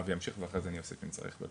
אבי ימשיך ואחרי זה אני אוסיף אם צריך.